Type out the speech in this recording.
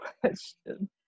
question